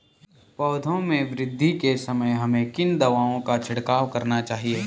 पौधों में वृद्धि के समय हमें किन दावों का छिड़काव करना चाहिए?